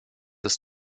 ist